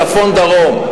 צפון דרום.